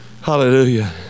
Hallelujah